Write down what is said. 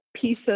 piece